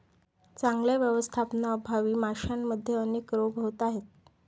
चांगल्या व्यवस्थापनाअभावी माशांमध्ये अनेक रोग होत आहेत